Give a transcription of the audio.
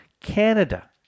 Canada